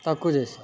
తక్కువ చేసారు